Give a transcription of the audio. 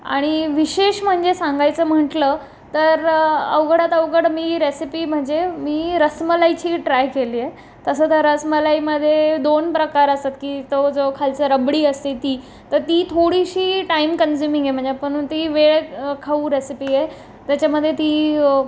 आणि विशेष म्हणजे सांगायचं म्हटलं तर अवघडात अवघड मी रेसिपी म्हणजे मी रसमलाईची ट्राय केलीये तसं तर रसमलाईमदे दोन प्रकार असतात की तो जो खालचं रबडी असते ती तर ती थोडीशी टाईम कन्झुमिंग आहे म्हणजे आपण ती वेळखाऊ रेसिपी आहे आहे त्याच्यामध्ये ती